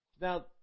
Now